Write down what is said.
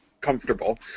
comfortable